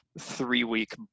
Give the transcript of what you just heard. three-week